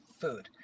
food